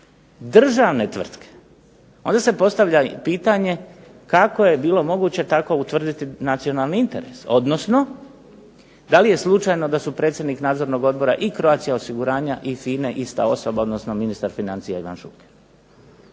državne tvrtke onda se postavlja pitanje kako je bilo moguće tako utvrditi nacionalni interes, odnosno da li je slučajno da su predsjednik Nadzornog odbora i Croatia osiguranja i FINA-e ista osoba, odnosno ministar financija Ivan Šuker.